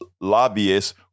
lobbyists